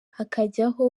hakajyaho